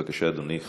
בבקשה, אדוני.